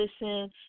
listen